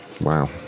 Wow